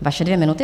Vaše dvě minuty.